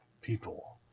people